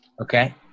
Okay